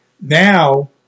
now